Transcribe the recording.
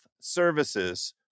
Services